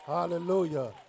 Hallelujah